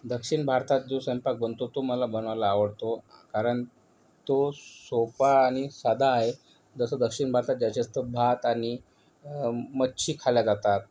दक्षिण भारतात जो स्वयंपाक बनतो तो मला बनवायला आवडतो कारण तो सोपा आणि साधा आहे जसं दक्षिण भारतात जास्तीत जास्त भात आणि मच्छी खाल्ल्या जातात